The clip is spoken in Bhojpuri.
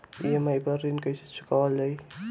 ई.एम.आई पर ऋण कईसे चुकाईल जाला?